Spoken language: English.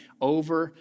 over